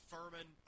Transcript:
Furman